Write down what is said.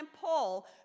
Paul